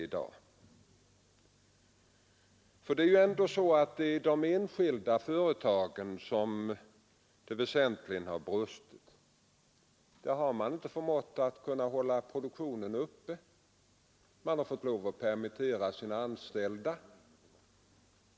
Det är ändå hos de enskilda företagen som det väsentligen har brustit. Där har man inte förmått hålla produktionen uppe. Man har fått lov att permittera anställda.